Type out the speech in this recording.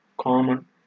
common